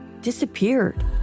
disappeared